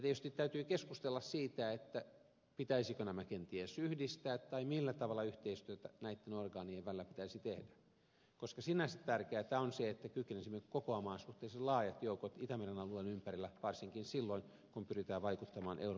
tietysti täytyy keskustella siitä pitäisikö nämä kenties yhdistää vai millä tavalla yhteistyötä näitten orgaanien välillä pitäisi tehdä koska sinänsä tärkeätä on se että kykenisimme kokoamaan suhteellisen laajat joukot itämeren alueen ympärillä varsinkin silloin kun pyritään vaikuttamaan euroopan unionin päätöksentekoon